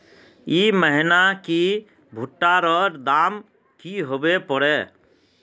ई महीना की भुट्टा र दाम की होबे परे?